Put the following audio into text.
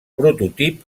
prototip